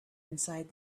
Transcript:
inside